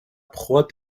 proie